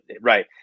right